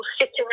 sitting